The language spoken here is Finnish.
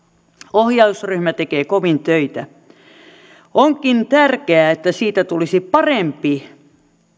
ohjausryhmä tekee kovin töitä onkin tärkeää että siitä tulisi parempi